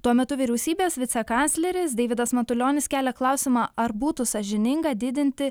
tuo metu vyriausybės vicekancleris deividas matulionis kelia klausimą ar būtų sąžininga didinti